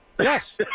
Yes